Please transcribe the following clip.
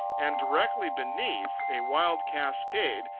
and directly beneath a wild cascade,